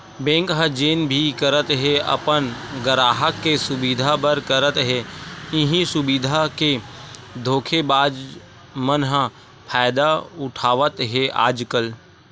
bank ह जेन भी करत हे अपन गराहक के सुबिधा बर करत हे, इहीं सुबिधा के धोखेबाज मन ह फायदा उठावत हे आजकल